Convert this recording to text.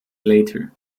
later